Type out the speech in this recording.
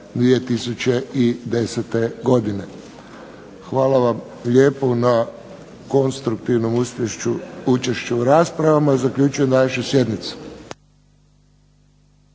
Hvala vam lijepo na konstruktivnom učešću u raspravama. Zaključujem današnju sjednicu.